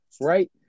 right